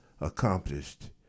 accomplished